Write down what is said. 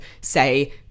say